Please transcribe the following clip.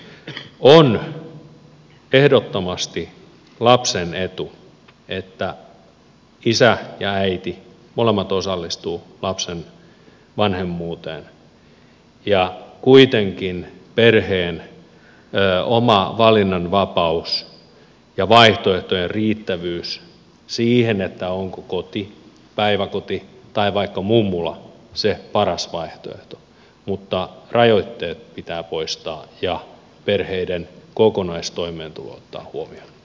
on ehdottomasti lapsen etu että isä ja äiti molemmat osallistuvat lapsen vanhemmuuteen kuitenkin on oltava perheillä oma valinnanvapaus ja vaihtoehtojen riittävyys siihen onko koti päiväkoti tai vaikka mummula se paras vaihtoehto mutta rajoitteet pitää poistaa ja perheiden kokonaistoimeentulo ottaa huomioon